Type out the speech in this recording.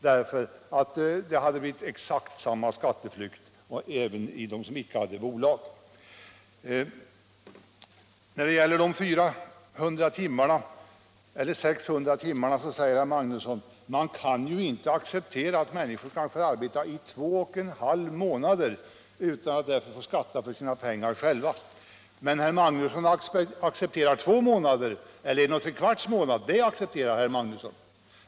Det hade blivit exakt samma skatteflykt, även från dem som icke hade bolag. När det gäller de 400 eller 600 timmarna säger herr Magnusson att man inte kan acceptera att människor kanske arbetar i två och en halv månad utan att få skatta för sina pengar själva. Men herr Magnusson accepterar två eller en och tre kvarts månader.